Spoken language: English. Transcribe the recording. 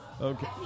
Okay